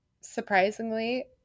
surprisingly